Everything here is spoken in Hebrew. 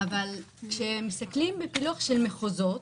אבל כשמסתכלים בפילוח של מחוזות